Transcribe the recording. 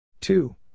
Two